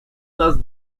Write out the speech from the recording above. нас